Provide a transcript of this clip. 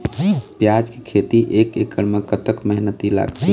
प्याज के खेती एक एकड़ म कतक मेहनती लागथे?